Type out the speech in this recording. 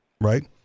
right